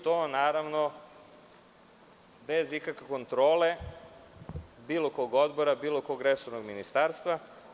To je bez ikakve kontrole bilo kog odbora i bilo kog resornog ministarstva.